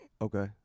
Okay